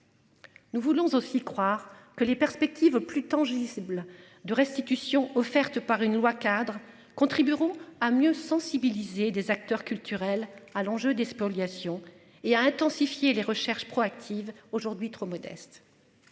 Nous voulons aussi croire que les perspectives plus tangible de restitution offerte par une loi cadre contribueront à mieux sensibiliser des acteurs culturels à l'enjeu des spoliations et à intensifier les recherches proactive aujourd'hui trop modeste.